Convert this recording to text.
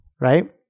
right